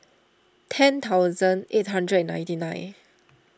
ten thousand eight hundred ninety nine